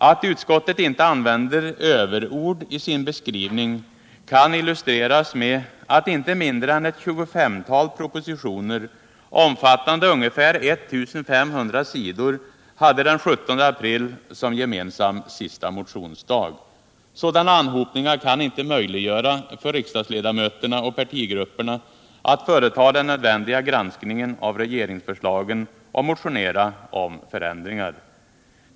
Att utskottet inte använder överord i sin beskrivning kan illustreras med att inte mindre än ett tjugofemtal propositioner omfattande ungefär 1 500 sidor hade den 17 april som gemensam sista motionsdag. Sådana anhopningar kan inte möjliggöra för riksdagsledamöterna och partigrupperna att företa den nödvändiga granskningen av regeringsförslagen och motionera om förändringar.